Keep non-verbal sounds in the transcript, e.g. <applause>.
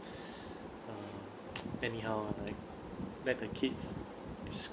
<breath> uh <noise> anyhow right let the kids <breath>